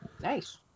Nice